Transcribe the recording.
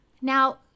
Now